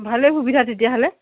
ভালেই সুবিধা তেতিয়াহ'লে